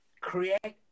create